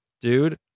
Dude